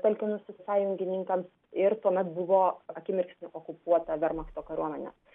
talkinusiu sąjungininkams ir tuomet buvo akimirksniu okupuota vermachto kariuomenė